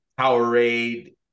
Powerade